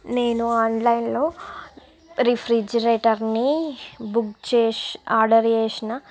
నేను ఆన్లైన్లో రిఫ్రిజిరేటర్ని బుక్ చేసి ఆర్డర్ చేసిన